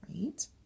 right